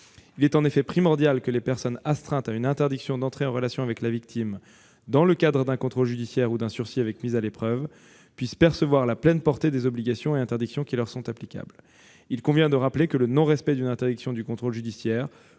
Il est en effet primordial que les personnes astreintes à une interdiction d'entrer en relation avec la victime dans le cadre d'un contrôle judiciaire ou d'un sursis avec mise à l'épreuve puissent percevoir la pleine portée des obligations et interdictions qui leur sont applicables. Il convient de rappeler que le non-respect d'une interdiction du contrôle judiciaire